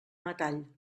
metall